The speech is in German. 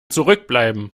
zurückbleiben